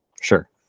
Sure